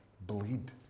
bleed